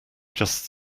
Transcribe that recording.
just